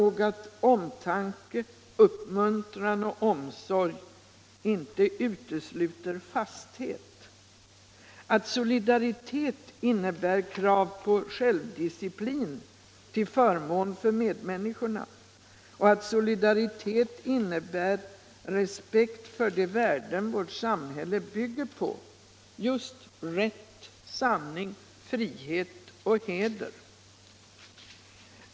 ihåg att omtanke, uppmuntran och omsorg inte utesluter fasthet, att solidaritet innebär krav på självdisciplin till förmån för medmänniskorna och att solidaritet innebär respekt för just de värden hela vårt samhälle bygger på: rätt, sanning, frihet och heder.